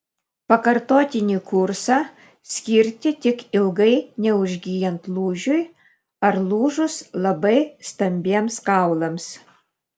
pakartotinį kursą skirti tik ilgai neužgyjant lūžiui ar lūžus labai stambiems kaulams